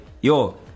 yo